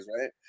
right